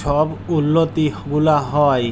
ছব উল্লতি গুলা হ্যয়